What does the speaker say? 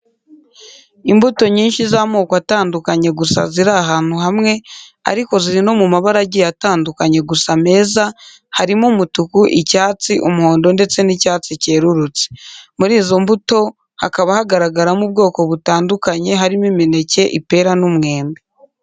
Imbuto nyinshi z'amoko atandukanye gusa ziri ahantu hamwe, ariko ziri no mu mabara agiye atandukanye gusa meza, harimo umutuku, icyatsi, umuhondo, ndetse n'icyatsi cyerurutse. Muri izo mbuto hakaba hagaragaramo ubwoko butandukanye harimo imineke, ipera n'umwembe.